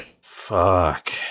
Fuck